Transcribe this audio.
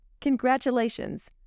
Congratulations